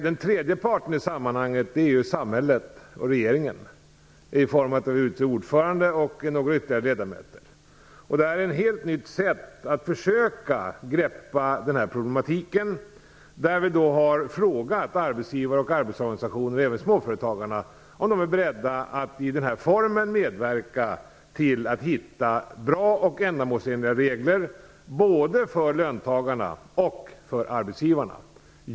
Den tredje parten i sammanhanget är samhället och regeringen, genom att vi utser ordförande och några ytterligare ledamöter. Det här är ett helt nytt sätt att försöka greppa problematiken. Vi har frågat arbetsgivar och arbetstagarorganisationer och även småföretagarna om de är beredda att i den här formen medverka till att hitta bra och ändamålsenliga regler, både för löntagarna och för arbetsgivarna.